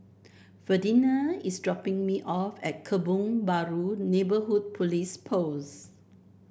Ferdinand is dropping me off at Kebun Baru Neighbourhood Police Post